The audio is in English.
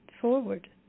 forward